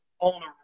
owner